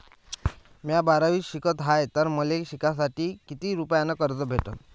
म्या बारावीत शिकत हाय तर मले शिकासाठी किती रुपयान कर्ज भेटन?